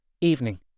Evening